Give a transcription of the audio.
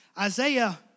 Isaiah